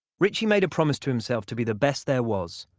ritchie made a promise to himself to be the best there was,